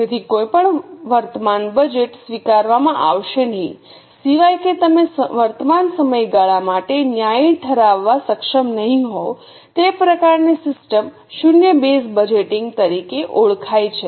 તેથી કોઈપણ વર્તમાન બજેટ સ્વીકારવામાં આવશે નહીં સિવાય કે તમે વર્તમાન સમયગાળા માટે ન્યાયી ઠરાવવા સક્ષમ નહીં હોવ તે પ્રકારની સિસ્ટમ શૂન્ય બેઝ બજેટિંગ તરીકે ઓળખાય છે